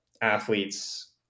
athletes